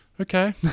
okay